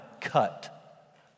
cut